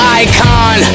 icon